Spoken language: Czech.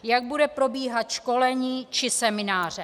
Jak bude probíhat školení či semináře?